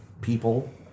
people